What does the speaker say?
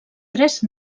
tres